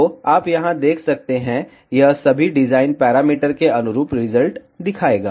तो आप यहां देख सकते हैं यह सभी डिज़ाइन पैरामीटर के अनुरूप रिजल्ट दिखाएगा